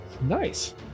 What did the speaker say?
Nice